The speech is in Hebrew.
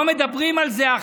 לא מדברים על זה.